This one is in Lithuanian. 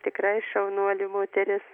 tikrai šaunuolė moteris